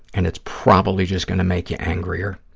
and it's probably just going to make you angrier.